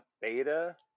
beta